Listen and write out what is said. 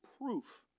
proof